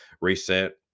reset